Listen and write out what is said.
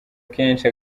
kenshi